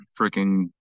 freaking